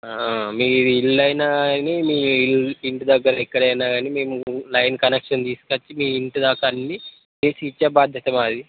మీ ఇళ్ళైనా కానీ మీ ఇంటి దగ్గర ఎక్కడైనా కానీ మేము లైన్ కనెక్షన్ తీసికొచ్చి మీ ఇంటి దాకా అన్నీ తెచ్చి ఇచ్చే బాధ్యత మాది